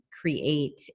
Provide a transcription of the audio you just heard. create